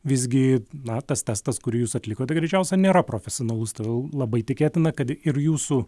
visgi na tas testas kurį jūs atlikote greičiausiai nėra profesionalus todėl labai tikėtina kad ir jūsų